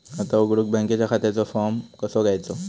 खाता उघडुक बँकेच्या खात्याचो फार्म कसो घ्यायचो?